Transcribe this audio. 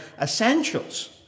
essentials